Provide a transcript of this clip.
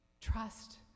Trust